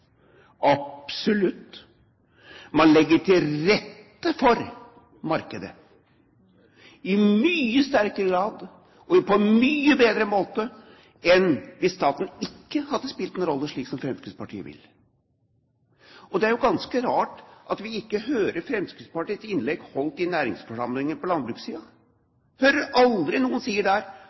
absolutt! Man legger til rette for markedet i mye sterkere grad og på en mye bedre måte enn hvis staten ikke hadde spilt en rolle slik som Fremskrittspartiet vil. Det er jo ganske rart at vi ikke hører Fremskrittspartiets innlegg holdt i næringsforsamlinger på landbrukssiden. Vi hører aldri noen si der